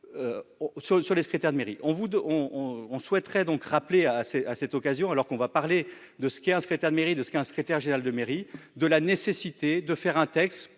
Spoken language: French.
sur les secrétaires de mairie on vous on on souhaiterait donc rappeler à c'est à cette occasion, alors qu'on va parler de ce qu'il a un secrétaire de mairie de ce qu'est un secrétaire général de mairie, de la nécessité de faire un texte